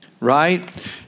Right